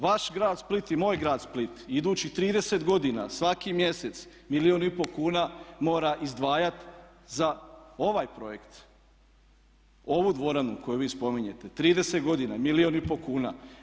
Vaš grad Split i moj grad Split idućih 30 godina svaki mjesec milijun i pol kuna mora izdvajati za ovaj projekt, ovu dvoranu koju vi spominjete, 30 godina milijun i pol kuna.